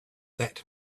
that